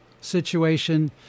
situation